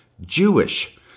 Jewish